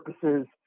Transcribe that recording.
purposes